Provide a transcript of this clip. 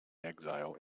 exile